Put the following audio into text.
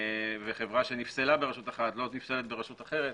וחברה שנפסלה ברשות אחת לא תיפסל ברשות אחרת,